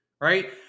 right